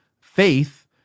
faith